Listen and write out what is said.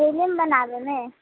film बनाबए मे